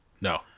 no